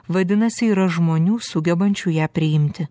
vadinasi yra žmonių sugebančių ją priimti